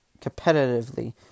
competitively